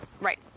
Right